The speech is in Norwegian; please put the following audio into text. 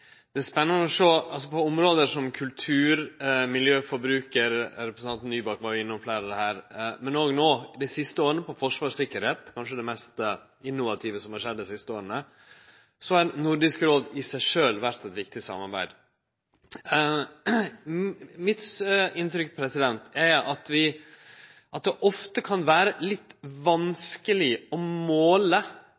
På område som kultur, miljø og forbrukarpolitikk – representanten Nybakk var innom fleire av desse – og dei siste åra på området forsvar og sikkerheit, kanskje det mest innovative som har skjedd dei siste åra, er det spennande å sjå at Nordisk råd i seg sjølv har vore eit viktig samarbeid. Inntrykket mitt er at det ofte kan vere litt